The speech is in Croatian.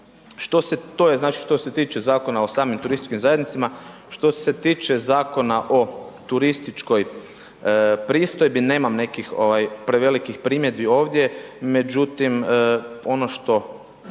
što se tiče Zakona o samim turističkim zajednicama. Što se tiče Zakona o turističkoj pristojbi, nemam nekih prevelikih primjedbi ovdje. Međutim, ono što